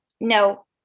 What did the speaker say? No